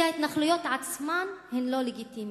כי ההתנחלויות עצמן אינן לגיטימיות.